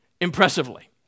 impressively